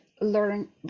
learn